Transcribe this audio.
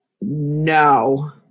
No